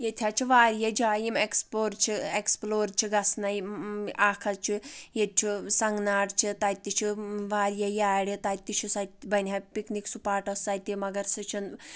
ییٚتہِ حٕظ چھِ واریاہ جایہِ یِم اؠکٕسپور چھِ اؠکٕسپٕلور چھِ گژھنے اکھ حٕظ چھُ ییٚتہِ چھُ سَنٛگنَاڑ چھِ تَتہِ تہِ چھُ واریاہ یا رِ تَتہِ تہِ چھُ سُہٕ تہِ بَنِہا پِکنِک سُپاٹَس سُہٕ تہِ مگر سُہ چھُنہٕ